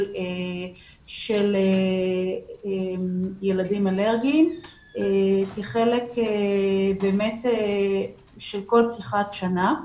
של ילדים אלרגיים, כחלק של כל פתיחת שנה.